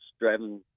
driving